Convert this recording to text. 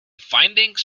findings